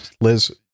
Liz